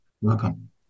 Welcome